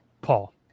Paul